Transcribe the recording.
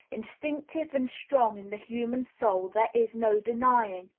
instinctive and strong in the human soul, there is no denying.